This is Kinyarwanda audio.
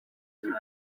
ibintu